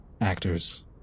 actors